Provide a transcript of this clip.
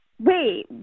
Wait